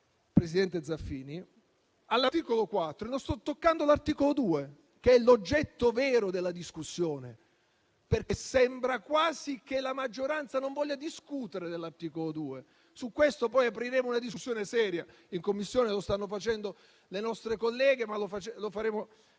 Tra l'altro, non sto toccando l'articolo 2, che è l'oggetto vero della discussione; sembra quasi che la maggioranza non voglia discutere dell'articolo 2. Su questo poi apriremo una discussione seria in Commissione; lo stanno facendo le nostre colleghe, ma lo faremo